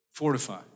fortify